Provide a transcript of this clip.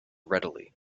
readily